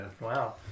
wow